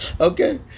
Okay